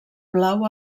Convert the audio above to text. blau